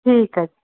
ਠੀਕ ਹੈ